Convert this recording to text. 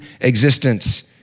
existence